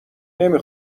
نمی